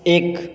एक